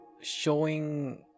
showing